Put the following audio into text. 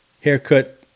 haircut